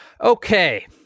Okay